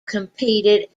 competed